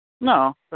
No